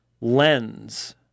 lens